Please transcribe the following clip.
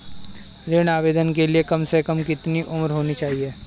ऋण आवेदन के लिए कम से कम कितनी उम्र होनी चाहिए?